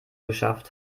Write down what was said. geschafft